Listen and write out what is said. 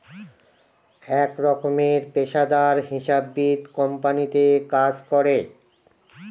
এক রকমের পেশাদার হিসাববিদ কোম্পানিতে কাজ করে